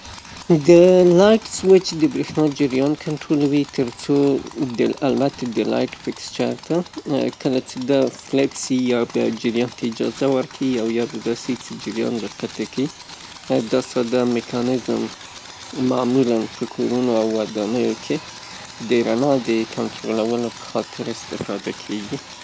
د لایت سویچ د بریښنا جریان کنترولوي تر څو البته د لایت فیکسچر ته کله چه دا فلپسي یا جریان ته اجازه ورکوي یا به داسې یې چه جریان به قطع کیې. دا ساده میکانیزم معمولاً په کورونو او ودانیو کې د رڼا د کنټرولولو په خاطر استفاده کیږي.